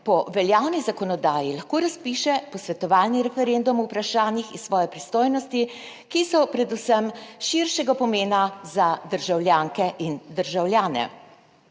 po veljavni zakonodaji lahko razpiše posvetovalni referendum o vprašanjih iz svoje pristojnosti, ki so predvsem širšega pomena za državljanke in državljane.